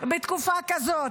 בתקופה כזאת,